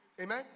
Amen